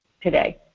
today